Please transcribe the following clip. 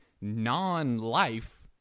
non-life